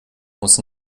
muss